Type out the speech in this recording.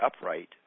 upright